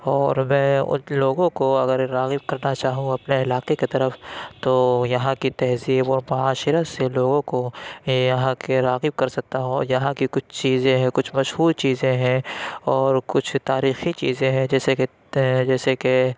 اور میں اُن لوگوں کو اگر راغب کرنا چاہوں اپنے علاقے کی طرف تو یہاں کی تہذیب و معاشرت سے لوگوں کو یہاں کے راغب کر سکتا ہوں یہاں کی کچھ چیزیں ہیں کچھ مشہور چیزیں ہیں اور کچھ تاریخی چیزیں ہیں جیسے کہ جیسے کہ